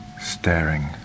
staring